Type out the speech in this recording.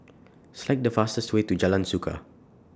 Select The fastest Way to Jalan Suka